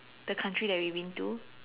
the country that we've been to